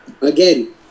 Again